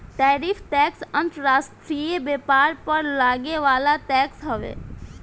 tariff tax अंतर्राष्ट्रीय व्यापार पर लागे वाला टैक्स हवे